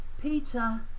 Peter